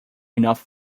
enough